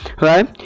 right